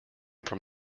from